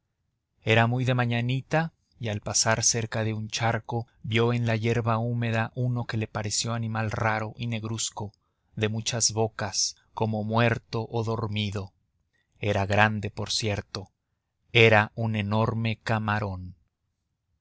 era muy de mañanita y al pasar cerca de un charco vio en la yerba húmeda uno que le pareció animal raro y negruzco de muchas bocas como muerto o dormido era grande por cierto era un enorme camarón